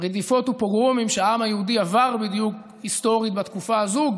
רדיפות ופוגרומים שהעם היהודי עבר בדיוק היסטורי בתקופה הזאת,